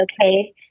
okay